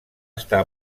estar